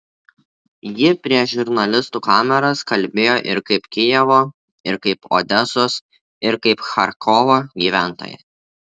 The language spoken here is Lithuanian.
ji prieš žurnalistų kameras kalbėjo ir kaip kijevo ir kaip odesos ir kaip charkovo gyventoja